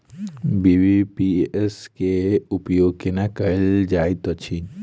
BBPS केँ उपयोग केना कएल जाइत अछि?